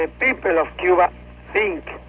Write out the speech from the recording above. ah people of cuba think,